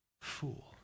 Fool